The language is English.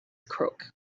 crook